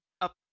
up